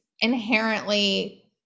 inherently